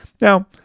Now